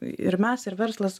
ir mes ir verslas